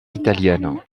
italienne